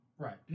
Right